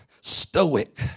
stoic